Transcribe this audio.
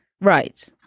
right